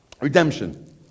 redemption